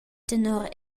tenor